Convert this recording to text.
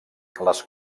les